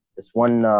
just one